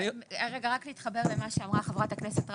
רק להתחבר למה שאמרה חברת הכנסת רייטן.